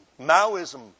Maoism